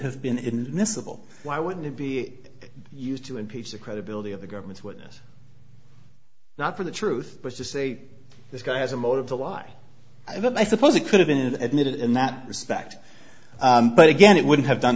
have been miscible why wouldn't it be used to impeach the credibility of the government witness not for the truth but to say this guy has a motive to lie i suppose it could have been admitted in that respect but again it wouldn't have done